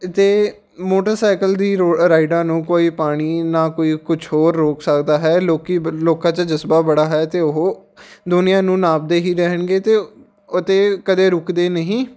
ਅਤੇ ਮੋਟਰਸਾਈਕਲ ਦੀ ਰੋ ਰਾਈਡਾਂ ਨੂੰ ਕੋਈ ਪਾਣੀ ਨਾ ਕੋਈ ਕੁਛ ਹੋਰ ਰੋਕ ਸਕਦਾ ਹੈ ਲੋਕ ਲੋਕਾਂ 'ਚ ਜਜ਼ਬਾ ਬੜਾ ਹੈ ਅਤੇ ਉਹ ਦੁਨੀਆਂ ਨੂੰ ਨਾਪਦੇ ਹੀ ਰਹਿਣਗੇ ਤੇ ਅਤੇ ਕਦੇ ਰੁਕਦੇ ਨਹੀਂ